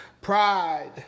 pride